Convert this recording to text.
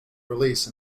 release